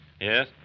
Yes